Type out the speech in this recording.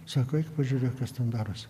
sako eik pažiūrėk kas ten darosi